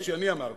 שאני אמרתי.